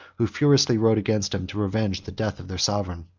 who furiously rode against him to revenge the death of their sovereign.